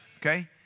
Okay